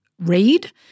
read